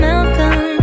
Malcolm